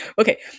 Okay